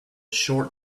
short